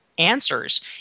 answers